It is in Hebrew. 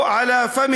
(אומר דברים בשפה